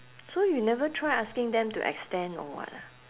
so you never try asking them to extend or what ah